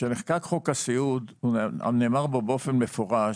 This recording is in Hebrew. כשנחקק חוק הסיעוד, נאמר בו במפורש,